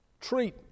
treat